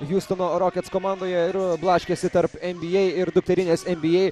hiustono rockets komandoje ir blaškėsi tarp nba ir dukterinės nba